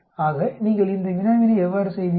ஆக நீங்கள் இந்த வினாவினை எவ்வாறு செய்வீர்கள்